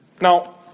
Now